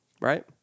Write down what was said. right